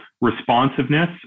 responsiveness